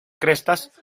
crestas